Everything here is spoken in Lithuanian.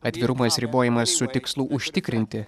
atvirumas ribojimas su tikslu užtikrinti